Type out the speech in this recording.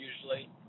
usually